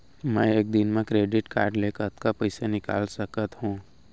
मैं एक दिन म क्रेडिट कारड से कतना पइसा निकाल सकत हो?